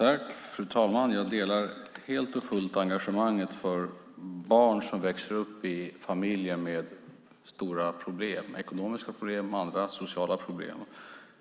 Fru talman! Jag delar helt och fullt engagemanget för barn som växer upp i familjer med stora problem - ekonomiska problem och andra, sociala, problem.